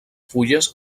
fulles